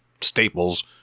staples